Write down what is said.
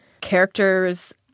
characters